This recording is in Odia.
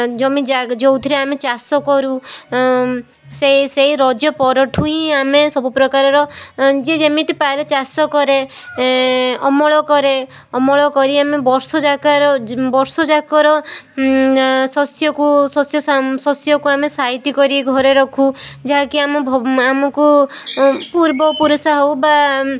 ଜମି ଜାଗ ଯେଉଁଥିରେ ଆମେ ଚାଷ କରୁ ସେଇ ସେଇ ରଜ ପରଠୁ ହିଁ ଆମେ ସବୁ ପ୍ରକାରର ଯିଏ ଯେମିତି ପାରେ ଚାଷ କରେ ଅମଳ କରେ ଅମଳ କରି ଆମେ ବର୍ଷ ଯାକାର ଯ ବର୍ଷ ଯାକର ଶସ୍ୟକୁ ଶସ୍ୟ ସାମ ଶସ୍ୟକୁ ଆମେ ସାଇତି କରି ଘରେ ରଖୁ ଯାହାକି ଆମ ଭବ ଆମକୁ ପୂର୍ବ ପୁରୁଷ ହଉ ବା